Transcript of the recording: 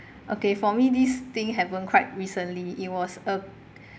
okay for me this thing happened quite recently it was a